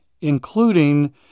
including